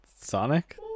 Sonic